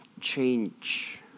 change